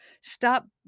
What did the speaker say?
stop